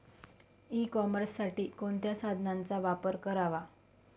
E कॉमर्ससाठी कोणत्या साधनांचा वापर करावा?